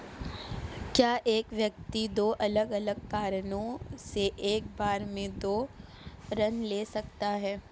क्या एक व्यक्ति दो अलग अलग कारणों से एक बार में दो ऋण ले सकता है?